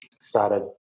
started